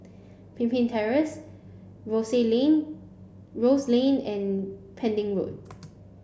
Pemimpin Terrace Rosey Lane Rose Lane and Pending Road